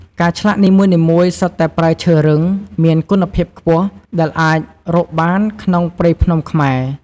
ការឆ្លាក់នីមួយៗសុទ្ធតែប្រើឈើរឹង មានគុណភាពខ្ពស់ ដែលអាចរកបានក្នុងព្រៃភ្នំខ្មែរ។